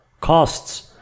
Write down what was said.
costs